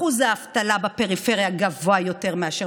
שיעור האבטלה בפריפריה גבוה יותר מאשר